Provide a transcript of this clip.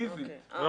פיזית אתה לא יכול.